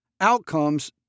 outcomes